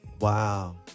Wow